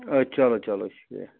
اَدٕ چلو چلو شُکریہ